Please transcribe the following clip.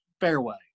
fairway